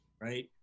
right